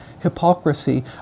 hypocrisy